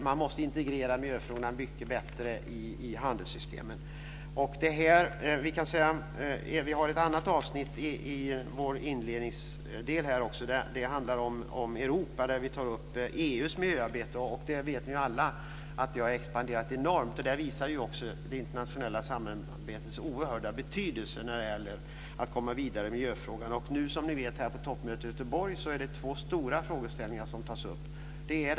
Man måste integrera miljöfrågorna mycket bättre i handelssystemen. Vi har ett annat avsnitt i vår inledningsdel. Det handlar om Europa. Där tar vi upp EU:s miljöarbete. Ni vet alla att det har expanderat enormt. Det visar också det internationella samarbetets oerhörda betydelse för att komma vidare i miljöfrågan. Som ni vet är det två stora frågeställningar som tas upp nu på toppmötet i Göteborg.